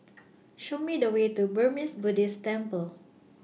Show Me The Way to Burmese Buddhist Temple